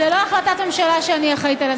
זו לא החלטת ממשלה שאני אחראית לה,